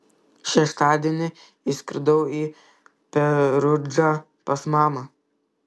šeštadienį išskridau į perudžą pas mamą